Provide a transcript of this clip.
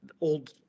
old